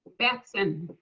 paxton.